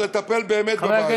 הסדרתם דברים שעשינו לפניכם.